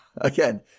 again